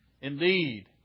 Indeed